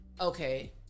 Okay